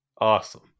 Awesome